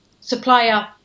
supplier